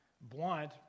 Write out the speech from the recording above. blunt